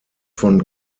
von